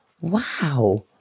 wow